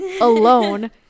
alone